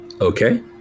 okay